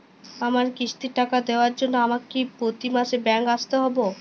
আমার কিস্তির টাকা দেওয়ার জন্য আমাকে কি প্রতি মাসে ব্যাংক আসতে হব?